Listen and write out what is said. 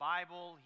Bible